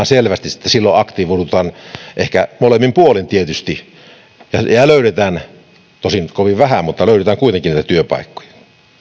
selvästi että silloin aktivoidutaan molemmin puolin tietysti ja löydetään niitä työpaikkoja tosin kovin vähän mutta löydetään kuitenkin